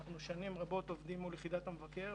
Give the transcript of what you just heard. אנחנו שנים רבות עובדים מול יחידת המבקר,